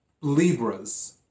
Libra's